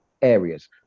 areas